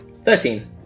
Thirteen